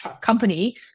Company